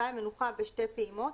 מנוחה בשתי פעימות,